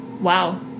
Wow